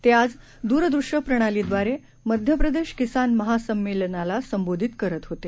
ते आज दुरदृश्य प्रणालीद्वारे मध्य प्रदेश किसान महासम्मेलनाला संबोधित करत होते